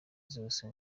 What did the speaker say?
zose